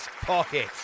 pocket